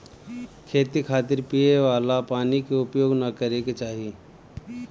खेती खातिर पिए वाला पानी क उपयोग ना करे के चाही